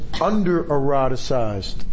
under-eroticized